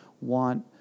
want